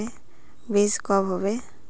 बीज कब होबे?